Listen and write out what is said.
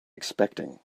expecting